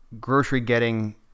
grocery-getting